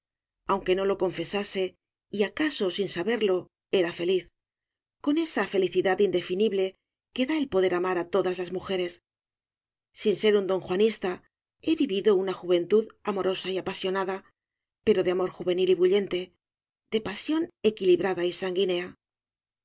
aunque no lo confesase y acaso sin saberlo era feliz con esa felicidad indefinible que da el poder amar á todas las mujeres sin ser un donjuanista he vivido una juventud amorosa y apasionada pero de amor juvenil y bullente de pasión equilibrada y sanguínea